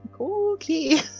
Okay